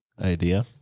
idea